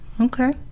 Okay